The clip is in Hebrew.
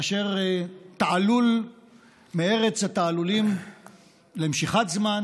תעלול מארץ התעלולים למשיכת זמן.